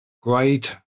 great